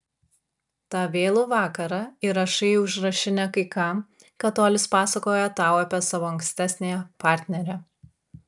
tą vėlų vakarą įrašai į užrašinę kai ką ką tolis pasakojo tau apie savo ankstesniąją partnerę